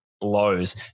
blows